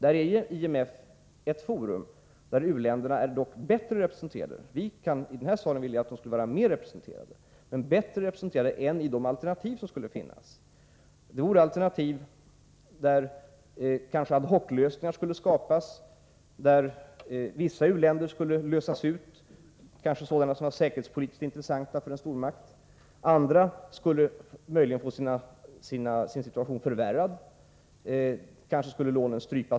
IMF är ett forum där u-länderna dock är bättre representerade — även om vi i den här salen vill att de skulle vara ännu bättre representerade — än i de alternativ som skulle finnas. Det vore alternativ där kanske ad hoc-lösningar skulle skapas, där vissa u-länder skulle lösas ut — kanske sådana som var säkerhetspolitiskt intressanta för en stormakt. Andra skulle möjligen få sin situation förvärrad. Kanske skulle lånen till dem strypas.